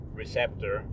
receptor